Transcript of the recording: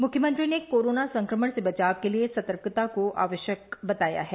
मुख्यमंत्री ने कोरोना संक्रमण से बचाव के लिए सतर्कता को आवश्यक बताया है